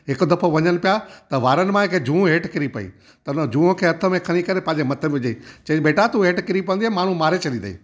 हिक दफ़ो वञनि पिया त वारनि मां हिक जूंह हेठ किरी पई त हुन हुओ जूंह खे हथ में खणी करे पंहिंजे मथे में विझंई चई बेटा तू हेठ किरी पवंदी आहे माण्हू मारे छॾंदई